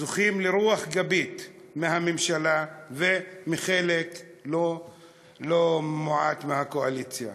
זוכים לרוח גבית מהממשלה ומחלק לא מועט מהקואליציה.